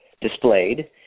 displayed